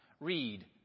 Read